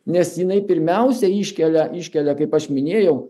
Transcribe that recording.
nes jinai pirmiausia iškelia iškelia kaip aš minėjau